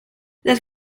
las